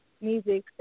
music